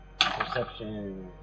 Perception